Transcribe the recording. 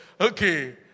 Okay